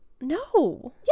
No